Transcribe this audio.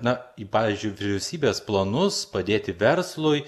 na pavyzdžiui vyriausybės planus padėti verslui